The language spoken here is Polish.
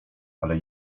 ale